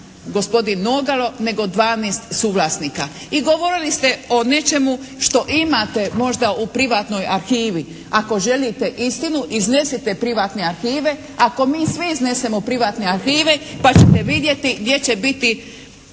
gospodin Nogalo nego dvanaest suvlasnika. I govorili ste o nečemu što imate možda u privatnoj arhivi. Ako želite istinu iznesite privatne arhive. Ako mi sve iznesemo privatne arhive pa ćete vidjeti gdje će biti